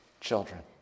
children